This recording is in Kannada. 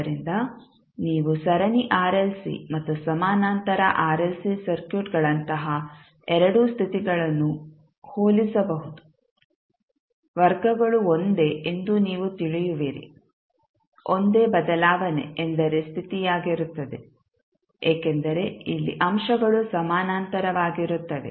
ಆದ್ದರಿಂದ ನೀವು ಸರಣಿ ಆರ್ಎಲ್ಸಿ ಮತ್ತು ಸಮಾನಾಂತರ ಆರ್ಎಲ್ಸಿ ಸರ್ಕ್ಯೂಟ್ಗಳಂತಹ ಎರಡೂ ಸ್ಥಿತಿಗಳನ್ನು ಹೋಲಿಸಬಹುದು ವರ್ಗಗಳು ಒಂದೇ ಎಂದು ನೀವು ತಿಳಿಯುವಿರಿ ಒಂದೇ ಬದಲಾವಣೆ ಎಂದರೆ ಸ್ಥಿತಿಯಾಗಿರುತ್ತದೆ ಏಕೆಂದರೆ ಇಲ್ಲಿ ಅಂಶಗಳು ಸಮಾನಾಂತರವಾಗಿರುತ್ತವೆ